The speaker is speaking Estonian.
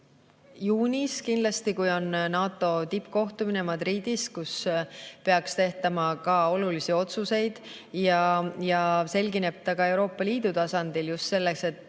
juunis, kui on NATO tippkohtumine Madridis, kus peaks tehtama olulisi otsuseid, ja selgineb see ka Euroopa Liidu tasandil just selles